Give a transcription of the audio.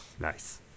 Nice